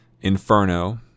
Inferno